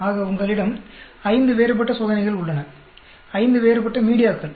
ஆகஉங்களிடம் ஐந்து வேறுபட்ட சோதனைகள் உள்ளன ஐந்து வேறுபட்ட மீடியாக்கள்